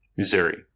Zuri